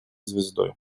звездой